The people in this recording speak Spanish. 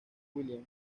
williams